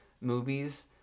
movies